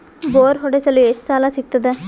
Bore ಹೊಡೆಸಲು ಎಷ್ಟು ಸಾಲ ಸಿಗತದ?